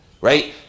Right